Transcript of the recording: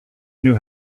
knew